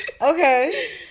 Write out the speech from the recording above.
Okay